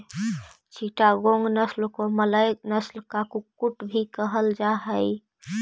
चिटागोंग नस्ल को मलय नस्ल का कुक्कुट भी कहल जा हाई